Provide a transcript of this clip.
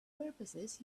purposes